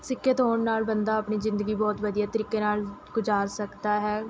ਸਿੱਖਿਅਤ ਹੋਣ ਨਾਲ਼ ਬੰਦਾ ਆਪਣੀ ਜ਼ਿੰਦਗੀ ਬਹੁਤ ਵਧੀਆ ਤਰੀਕੇ ਨਾਲ਼ ਗੁਜ਼ਾਰ ਸਕਦਾ ਹੈ